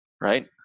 right